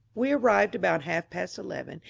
we arrived about half-past eleven,